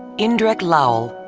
indrek laul,